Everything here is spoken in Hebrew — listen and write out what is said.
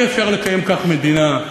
אי-אפשר לקיים כך מדינה.